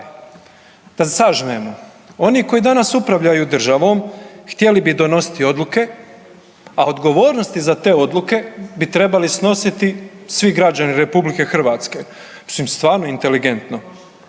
da sažmemo, oni koji danas upravljaju državom htjeli bi donositi odluke, a odgovornosti za te odluke bi trebali snositi svi građani RH. Mislim stvarno inteligentno.